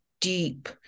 deep